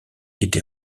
été